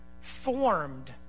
formed